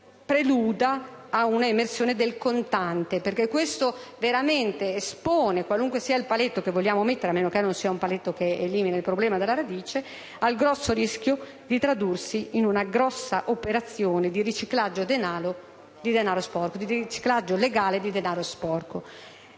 preluda a un'emersione del contante, perché questo veramente espone, qualunque sia il paletto che vogliamo mettere (a meno che non sia un paletto che elimina il problema alla radice) al grosso rischio di tradursi in una grossa operazione di riciclaggio legale di denaro sporco.